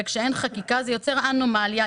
כשאין חקיקה זה יוצר אנומליה.